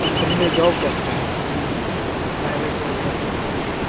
company में job करते हैं प्राइवेट जॉब करते उसी में